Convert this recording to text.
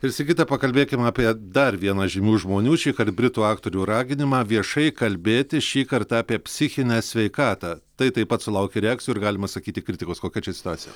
ir sigita pakalbėkim apie dar vieną žymių žmonių šįkart britų aktorių raginimą viešai kalbėti šį kartą apie psichinę sveikatą tai taip pat sulaukė reakcijų ir galima sakyti kritikos kokia čia situacija